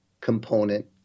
component